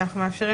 אנחנו מאפשרים